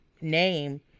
name